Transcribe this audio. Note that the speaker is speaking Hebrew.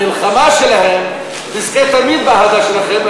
המלחמה שלהם תזכה תמיד באהדה שלכם,